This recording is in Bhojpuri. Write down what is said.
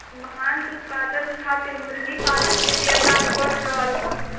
मांस उत्पादन खातिर मुर्गा पालन के व्यापार बढ़ रहल बा